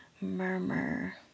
murmur